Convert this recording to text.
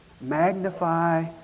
Magnify